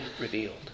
revealed